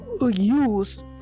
use